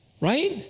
right